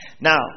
Now